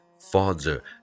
father